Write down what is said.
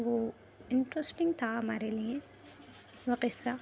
وہ انٹرسٹنگ تھا ہمارے لیے وہ قصہ